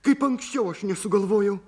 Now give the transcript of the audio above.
kaip anksčiau aš nesugalvojau